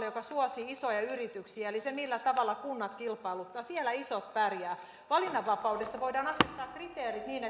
joka suosii isoja yrityksiä eli siinä millä tavalla kunnat kilpailuttavat isot pärjäävät valinnanvapaudessa voidaan asettaa kriteerit niin